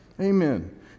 Amen